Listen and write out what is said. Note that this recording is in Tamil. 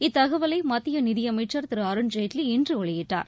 இத்தகவலை மத்திய நிதியமைச்சர் திரு அருண்ஜேட்லி இன்று வெளியிட்டார்